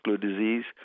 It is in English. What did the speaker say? disease